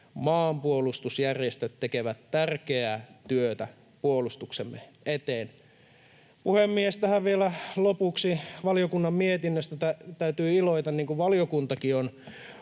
maanpuolustusjärjestöt tekevät tärkeää työtä puolustuksemme eteen. Puhemies! Tähän vielä lopuksi: Valiokunnan mietinnöstä täytyy iloita. Valiokuntakin on